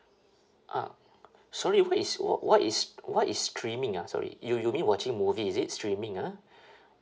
uh sorry what is wh~ what is what is streaming ah sorry you you mean watching movie is it streaming ah